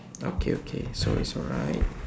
okay okay so it's alright